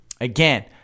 Again